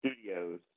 Studios